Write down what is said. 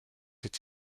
été